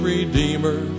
Redeemer